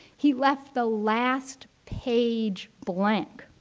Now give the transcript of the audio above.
he left the last page blank.